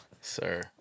Sir